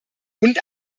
und